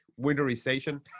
winterization